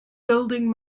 building